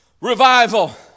revival